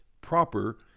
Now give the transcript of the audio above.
proper